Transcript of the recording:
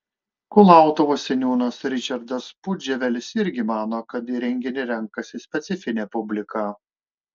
kulautuvos seniūnas ričardas pudževelis irgi mano kad į renginį renkasi specifinė publika